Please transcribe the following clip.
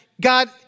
God